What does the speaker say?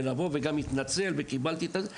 וגם בוא נגיד שקיבלתי איום,